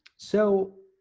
so,